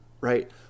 right